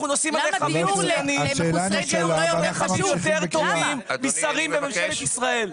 אנחנו נוסעים על רכבים יותר טובים משרים בממשלת ישראל.